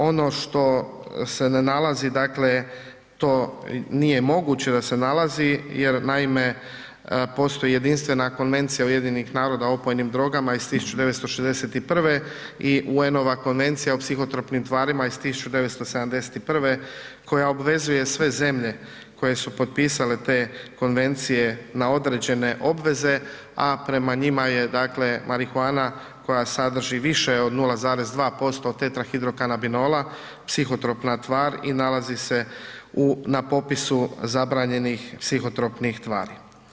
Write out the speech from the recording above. Ono što se ne nalazi, dakle to nije moguće da se nalazi jer naime postoji jedinstvena Konvencija UN-a o opojnim drogama iz 1961. i UN-ova Konvencija o psihotropnim tvarima iz 1971. koja obvezuje sve zemlje koje su potpisale te konvencije na određene obveze, a prema njima je, dakle marihuana koja sadrži više od 0,2% tetrahidrokanabinola psihotropna tvar i nalazi se u, na popisu zabranjenih psihotropnih tvari.